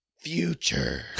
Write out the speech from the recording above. Future